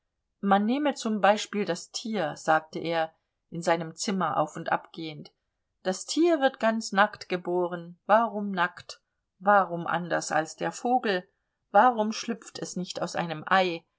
man nehme zum beispiel das tier sagte er in seinem zimmer auf und ab gehend das tier wird ganz nackt geboren warum nackt warum anders als der vogel warum schlüpft es nicht aus einem ei